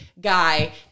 guy